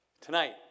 Tonight